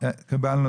ריאלי.